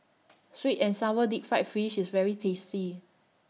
Sweet and Sour Deep Fried Fish IS very tasty